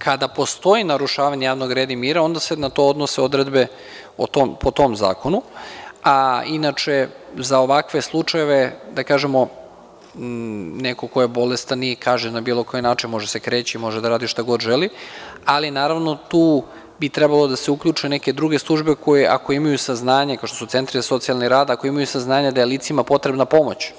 Kada postoji narušavanje javnog reda i mira, onda se na to odnose odredbe po tom zakonu, a inače, za ovakve slučajeve, da kažemo, neko ko je bolestan i kaže, na bilo koji način može da se kreće i može da radi šta god želi, ali naravno tu bi trebalo da se uključe neke druge službe koje, ako imaju saznanje, kao što su centri za socijalni rad, ako imaju saznanje da je licima potrebna pomoć,